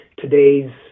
today's